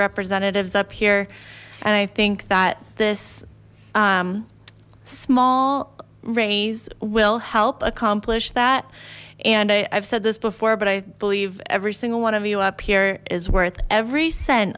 representatives up here and i think that this small raise will help accomplish that and i've said this before but i believe every single one of you up here is worth every cent